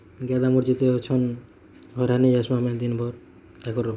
ଗାଏ ଦାମୁର ଯେତେ ଅଛନ୍ ଘରା ନେଇ ଆସୁ ଆମେ ଦିନ ଭର ତାକର